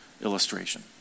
illustration